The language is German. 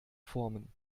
formen